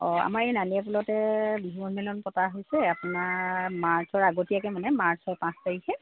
অঁ আমাৰ এই নালিয়াপুলতে বিহু সন্মিলন পতা হৈছে আপোনাৰ মাৰ্চৰ আগতীয়াকৈ মানে মাৰ্চৰ পাঁচ তাৰিখে